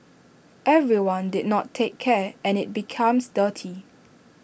everyone did not take care and IT becomes dirty